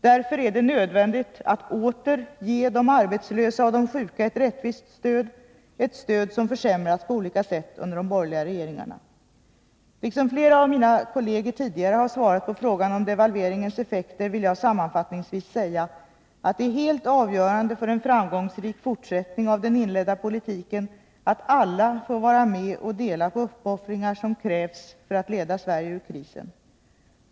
Därför är det nödvändigt att åter ge de arbetslösa och de sjuka ett rättvist stöd, ett stöd som försämrats på olika sätt under de borgerliga regeringarna. Liksom flera av mina kolleger tidigare har svarat på frågor om devalveringens effekter, vill jag sammanfattningsvis säga att det är helt avgörande för en framgångsrik fortsättning av den inledda politiken att alla får vara med och dela på de uppoffringar som krävs för att leda Sverige ur krisen.